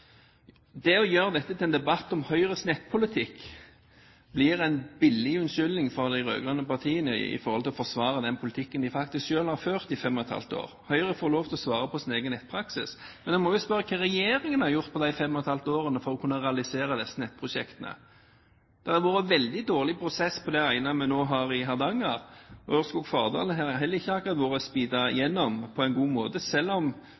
Det å gjøre dette til en debatt om Høyres nettpolitikk blir en billig unnskyldning for de rød-grønne partiene for å forsvare den politikken de selv har ført i fem og et halvt år. Høyre skal få lov til å svare på sin egen nettpraksis, men jeg må spørre hva regjeringen har gjort på de fem og et halvt årene for å kunne realisere disse nettprosjektene. Det har vært en veldig dårlig prosess på det ene vi nå har i Hardanger. Ørskog–Fardal har heller ikke akkurat vært speedet igjennom på en god måte, selv om